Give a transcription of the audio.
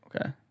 Okay